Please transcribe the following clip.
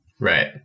Right